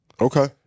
okay